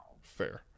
fair